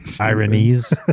Ironies